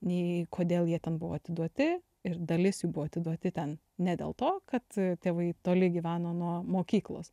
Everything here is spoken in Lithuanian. nei kodėl jie ten buvo atiduoti ir dalis jų buvo atiduoti ten ne dėl to kad tėvai toli gyveno nuo mokyklos